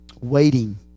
waiting